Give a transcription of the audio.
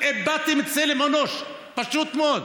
איבדתם צלם אנוש, פשוט מאוד.